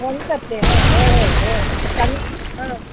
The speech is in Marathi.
फोन करते हं होय होय होय आता मी हं